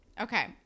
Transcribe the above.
Okay